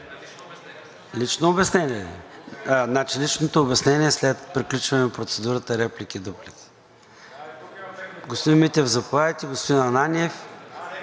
Лично обяснение ли? Личното обяснение след приключване на процедурата реплики и дуплики.